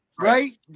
Right